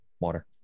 water